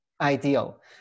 ideal